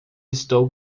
estou